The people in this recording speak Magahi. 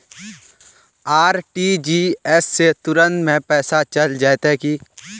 आर.टी.जी.एस से तुरंत में पैसा चल जयते की?